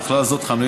ובכלל זה חנויות,